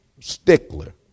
Stickler